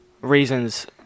reasons